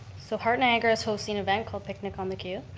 so heart niagara is hosting an event called picnic on the q.